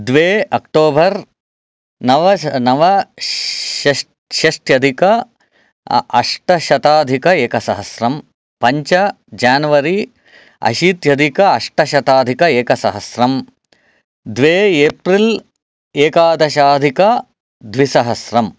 द्वे अक्टोबर् नव नव शश् षष्ट्यधिक अष्टशताधिक एकसहस्रं पञ्च जानवरी अशीत्यधिक अष्टशताधिक एकसहस्रं द्वे एप्रील एकादशधिक द्विसहस्रम्